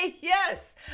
yes